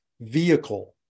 vehicle